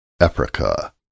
Africa